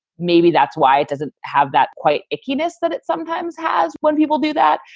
maybe that's why it doesn't have that quite ickiness that it sometimes has. when people do that.